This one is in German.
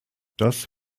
das